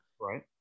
Right